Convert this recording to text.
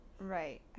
Right